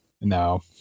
no